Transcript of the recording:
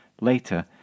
Later